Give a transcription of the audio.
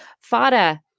Fada